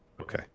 Okay